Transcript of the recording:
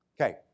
Okay